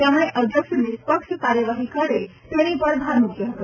તેમણે અધ્યક્ષ નિષ્પક્ષ કાર્યવાહી કરે તેની પર ભાર મૂક્યો હતો